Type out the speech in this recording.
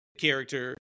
character